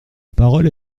parole